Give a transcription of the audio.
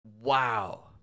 wow